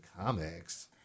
comics